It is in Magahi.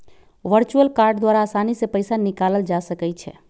वर्चुअल कार्ड द्वारा असानी से पइसा निकालल जा सकइ छै